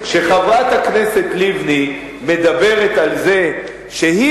כשחברת הכנסת לבני מדברת על זה שהיא